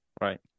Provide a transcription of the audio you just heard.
Right